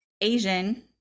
Asian